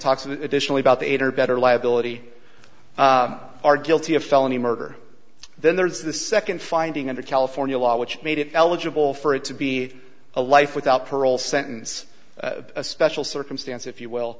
and additionally about eight or better liability are guilty of felony murder then there's the second finding under california law which made it eligible for it to be a life without parole sentence a special circumstance if you will